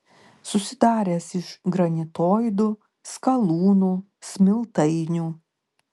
susidaręs iš granitoidų skalūnų smiltainių